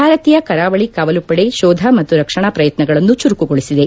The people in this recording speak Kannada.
ಭಾರತೀಯ ಕರಾವಳಿ ಕಾವಲು ಪಡೆ ಶೋಧ ಮತ್ತು ರಕ್ಷಣಾ ಪ್ರಯತ್ತಗಳನ್ನು ಚುರುಕುಗೊಳಿಸಿದೆ